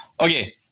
okay